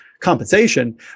compensation